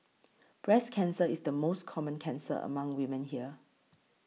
breast cancer is the most common cancer among women here